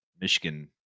Michigan